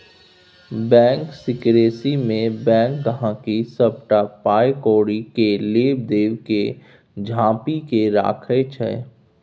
bank सिकरेसीमे bank गांहिकीक सबटा पाइ कौड़ी केर लेब देब केँ झांपि केँ राखय छै